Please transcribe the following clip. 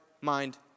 mind